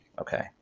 Okay